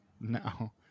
no